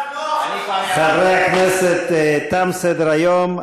חברי הכנסת, תם סדר-היום.